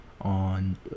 on